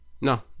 no